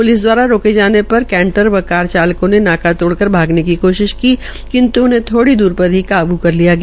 police दवारारोके जाने पर केंटर व कार चालकों ने नाका तोड़कर भागने की कोशिश की किन्त् थोड़ी दूर जाकर ही काबू कर लिया गया